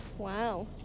Wow